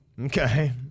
Okay